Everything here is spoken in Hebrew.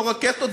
לא רקטות,